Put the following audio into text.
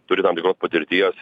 turiu tam tikros patirties